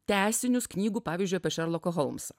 tęsinius knygų pavyzdžiui apie šerloką holmsą